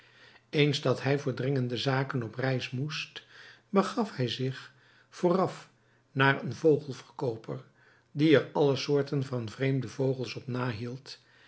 eens dat hij voor dringende zaken op reis moest begaf hij zich vooraf naar een vogelverkooper die er alle soorten van vreemde vogels op nahield